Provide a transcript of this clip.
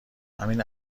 همین